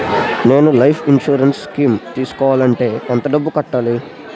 నేను life insurance scheme తీసుకోవాలంటే ఎంత డబ్బు కట్టాలి?